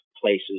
places